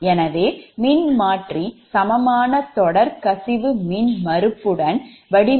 எனவே மின்மாற்றி சமமான தொடர் கசிவு மின்மறுப்புடன் வடிவமைக்கப்பட்டுள்ளது